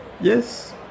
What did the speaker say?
Yes